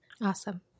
Awesome